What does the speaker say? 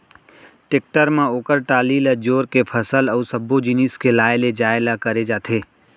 tractor म ओकर trolley ल जोर के फसल अउ सब्बो जिनिस के लाय लेजाय ल करे जाथे